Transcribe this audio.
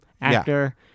actor